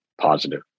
positive